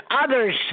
others